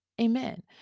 Amen